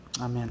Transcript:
Amen